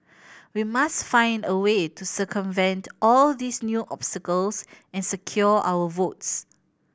we must find a way to circumvent all these new obstacles and secure our votes